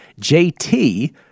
JT